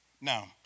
Now